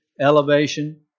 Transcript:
elevation